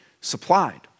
supplied